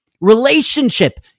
Relationship